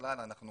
ובכלל אנחנו